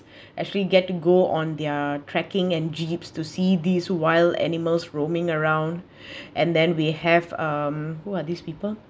actually get to go on their tracking and jeeps to see these wild animals roaming around and then we have um who are these people